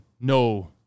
no